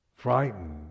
frightened